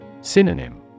Synonym